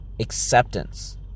acceptance